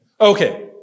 okay